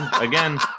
Again